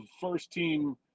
first-team